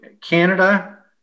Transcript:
Canada